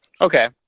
Okay